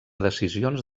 decisions